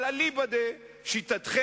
אבל אליבא דשיטתכם,